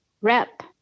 rep